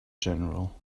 general